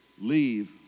leave